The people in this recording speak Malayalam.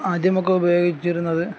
ആദ്യമൊക്കെ ഉപയോഗിച്ചിരുന്നത്